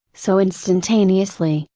so instantaneously,